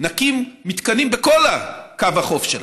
אנחנו נקים מתקנים בכל קו החוף שלנו.